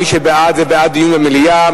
מי שבעד, זה בעד דיון במליאה.